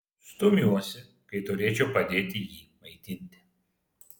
stumiuosi kai turėčiau padėti jį maitinti